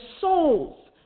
souls